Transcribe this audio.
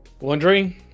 Wondering